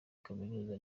kaminuza